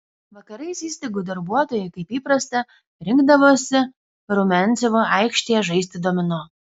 vakarais įstaigų darbuotojai kaip įprasta rinkdavosi rumiancevo aikštėje žaisti domino